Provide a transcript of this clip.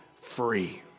free